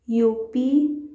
U P